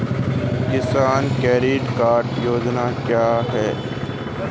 किसान credit card योजना क्या है?